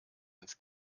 ins